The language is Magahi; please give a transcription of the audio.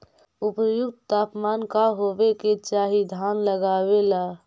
उपयुक्त तापमान का होबे के चाही धान लगावे ला?